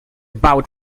bout